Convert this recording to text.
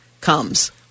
comes